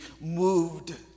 moved